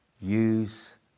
use